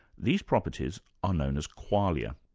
these properties are known as qualia.